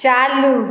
चालू